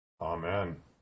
Amen